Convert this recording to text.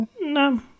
No